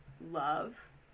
love